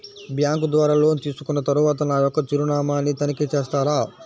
Bank ద్వారా loan తీసుకున్న తరువాత నా యొక్క చిరునామాని తనిఖీ చేస్తారా?